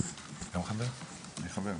הוועדה חבר הכנסת